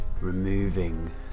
removing